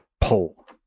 pull